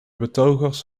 betogers